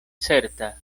certa